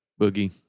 Boogie